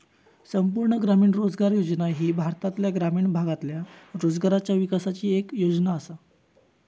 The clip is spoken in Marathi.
संपूर्ण ग्रामीण रोजगार योजना ही भारतातल्या ग्रामीण भागातल्या रोजगाराच्या विकासाची येक योजना आसा